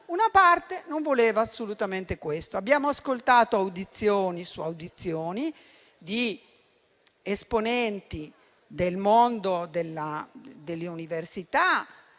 un'Aula - non voleva assolutamente questo; abbiamo ascoltato audizioni su audizioni di esponenti del mondo dell'università,